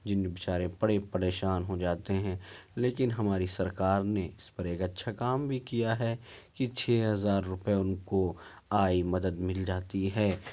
جن میں بے چارے بڑے پریشان ہو جاتے ہیں لیکن ہماری سرکار نے اس پر ایک اچھا کام بھی کیا ہے کہ چھ ہزار روپئے ان کو آئی مدد مل جاتی ہے